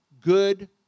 good